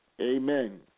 Amen